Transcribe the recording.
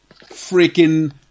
freaking